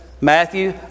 Matthew